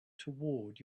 toward